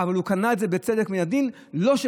אבל הוא קנה את זה בצדק,